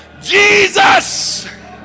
Jesus